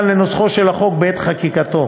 לנוסחו של החוק בעת חקיקתו,